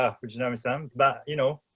ah fujinami-san. but you know,